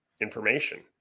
information